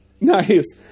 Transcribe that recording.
Nice